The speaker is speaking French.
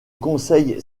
conseil